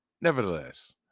nevertheless